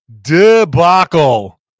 debacle